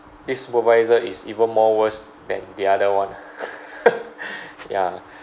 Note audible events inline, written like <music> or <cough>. this supervisor is even more worse than the other one <laughs> ya